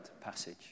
passage